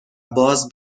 باز